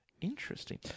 Interesting